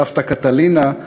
סבתא קטלינה,